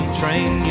train